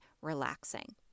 relaxing